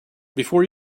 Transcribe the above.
before